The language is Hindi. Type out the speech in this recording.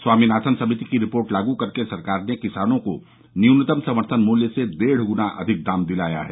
स्वामीनाथन समिति की रिपोर्ट लागू करके सरकार ने किसानों को न्यूनतम समर्थन मूल्य से डेढ़ गुना अधिक दाम दिलाया है